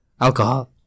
alcohol